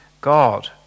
God